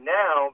now